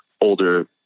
older